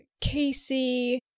Casey